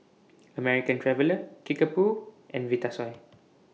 American Traveller Kickapoo and Vitasoy